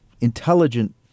intelligent